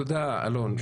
תודה, אלון.